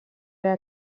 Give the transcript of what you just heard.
era